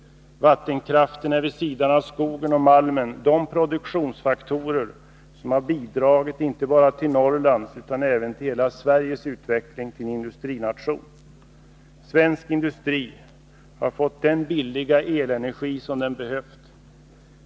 Vattenkraften är vid sidan av skogen och malmen de produktionsfaktorer som har bidragit inte bara till Norrlands utan även till hela Sveriges utveckling till industrination. Svensk industri har fått den billiga elenergi som den behövt.